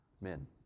men